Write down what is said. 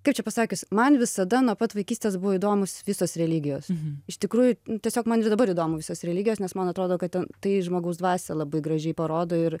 kaip čia pasakius man visada nuo pat vaikystės buvo įdomūs visos religijos iš tikrųjų tiesiog man ir dabar įdomu visos religijos nes man atrodo kad ten tai žmogaus dvasią labai gražiai parodo ir